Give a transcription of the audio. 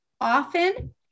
often